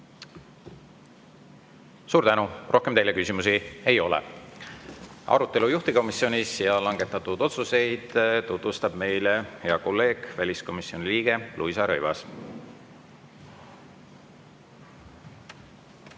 Suur tänu! Rohkem teile küsimusi ei ole. Arutelu juhtivkomisjonis ja langetatud otsuseid tutvustab meile hea kolleeg, väliskomisjoni liige Luisa Rõivas.